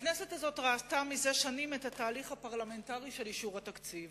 הכנסת הזאת ראתה מזה שנים את התהליך הפרלמנטרי של אישור התקציב.